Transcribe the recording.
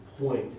point